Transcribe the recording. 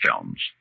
films